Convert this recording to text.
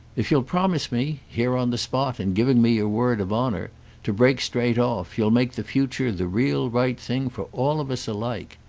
if you'll promise me here on the spot and giving me your word of honour to break straight off, you'll make the future the real right thing for all of us alike.